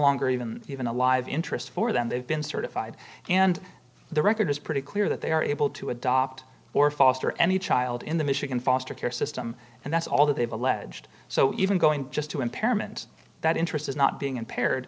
longer even even a live interest for them they've been certified and the record is pretty clear that they are able to adopt or foster any child in the michigan foster care system and that's all that they've alleged so even going just to impairment that interest is not being impaired